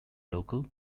local